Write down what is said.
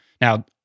Now